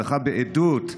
הדחה בעדות,